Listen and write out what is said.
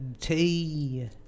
tea